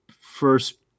first